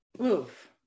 oof